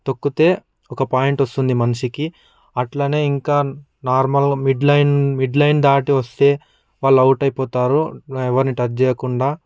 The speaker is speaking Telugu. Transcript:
తొక్కితే ఒక పాయింట్ వస్తుంది మనిషికి అట్లనే ఇంకా normal mid line mid line దాటి వస్తే వాళ్ళు అవుట్ అయిపోతారు ఎవరిని టచ్ చేయకుండా